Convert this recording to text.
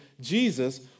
Jesus